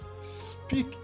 speak